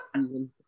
season